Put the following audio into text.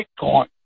Bitcoin